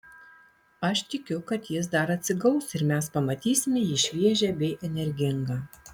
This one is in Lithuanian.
aš tikiu kad jis dar atsigaus ir mes pamatysime jį šviežią bei energingą